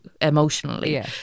emotionally